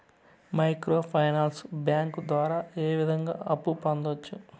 micro finance bank ద్వారా ఏ విధంగా అప్పు పొందొచ్చు